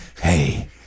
Hey